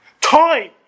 Time